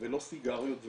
לא סיגריות,